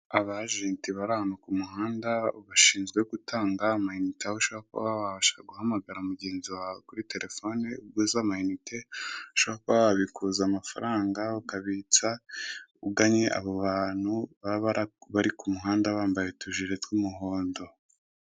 Abajeti bari ahantu ku muhanda bashinzwe gutanga amayinite , aho ushobora kuba wabasha guhamagara mugenzi wawe kuri terefone uguze amayinite, ushobora kuba wabikuza amafaranga, ukabitsa ugannye abo bantu baba bari ku muhanda bambaye utujire tw'umuhondo.